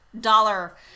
dollar